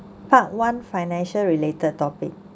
part one financial related topic